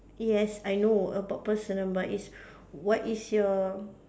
yes I know about personal but is what is your